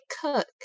cook